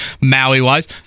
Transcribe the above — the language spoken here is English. Maui-wise